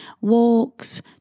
walks